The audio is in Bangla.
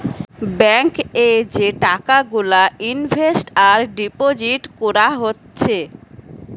ব্যাঙ্ক এ যে টাকা গুলা ইনভেস্ট আর ডিপোজিট কোরা হচ্ছে